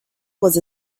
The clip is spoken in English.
was